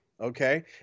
Okay